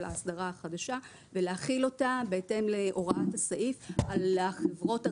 ההסדרה החדשה ולהחיל אותה בהתאם להוראת הסעיף על החברות הרלוונטיות,